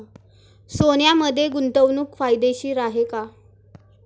सोन्यामध्ये गुंतवणूक फायदेशीर आहे का?